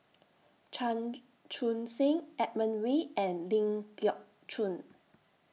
Chan Chun Sing Edmund Wee and Ling Geok Choon